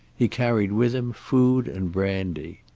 he carried with him food and brandy.